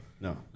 No